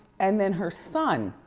and then her son,